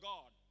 God